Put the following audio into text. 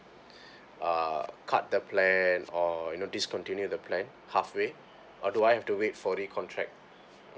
uh cut the plan or you know discontinue the plan halfway or do I have to wait for recontract